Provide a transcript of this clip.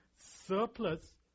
surplus